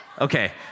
Okay